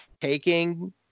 taking